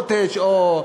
שקוטג' או,